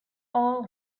all